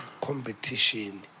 competition